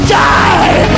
die